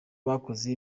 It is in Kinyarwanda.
bakoze